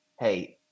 hey